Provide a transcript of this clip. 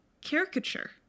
caricature